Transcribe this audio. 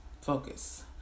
focus